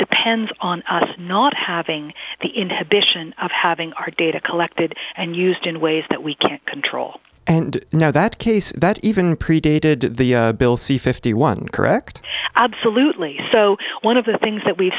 depends on us not having the inhibition of having our data collected and used in ways that we can't control and know that case that even predated the bill c fifty one correct absolutely so one of the things that we've